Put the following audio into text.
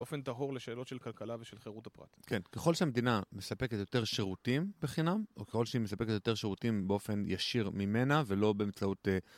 באופן טהור לשאלות של כלכלה ושל חירות הפרטית כן, ככל שהמדינה מספקת יותר שירותים בחינם, או ככל שהיא מספקת יותר שירותים באופן ישיר ממנה ולא במצאות